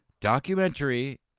documentary